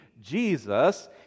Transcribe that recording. Jesus